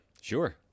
Sure